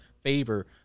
Favor